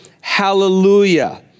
hallelujah